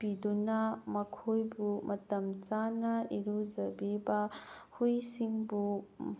ꯄꯤꯗꯨꯅ ꯃꯈꯣꯏꯕꯨ ꯃꯇꯝ ꯆꯥꯅ ꯏꯔꯨꯖꯕꯤꯕ ꯍꯨꯏꯁꯤꯡꯕꯨ